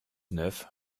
neuf